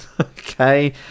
okay